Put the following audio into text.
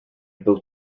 był